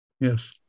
yes